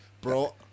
Bro